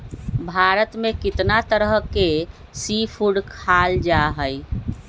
भारत में कितना तरह के सी फूड खाल जा हई